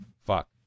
fuck